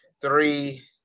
three